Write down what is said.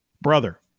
brother